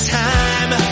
time